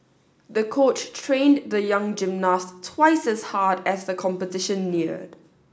the coach trained the young gymnast twice as hard as the competition neared